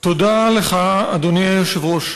אדוני היושב-ראש,